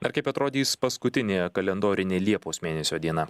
ar kaip atrodys paskutinė kalendorinė liepos mėnesio diena